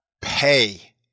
pay